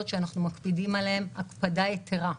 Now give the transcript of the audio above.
שאנחנו מקפידים עליהן הקפדה יתרה,